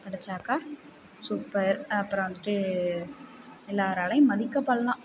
படித்தாக்கா super அப்புறம் வந்துட்டு எல்லோராலையும் மதிக்கப்படலாம்